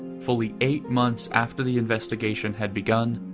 fully eight months after the investigation had begun,